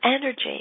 energy